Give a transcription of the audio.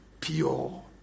pure